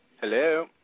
Hello